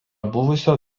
buvusio